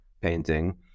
painting